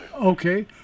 Okay